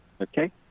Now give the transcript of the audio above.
Okay